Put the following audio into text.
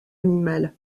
animal